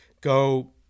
go